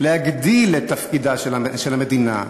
להגדיל את תפקידה של המדינה,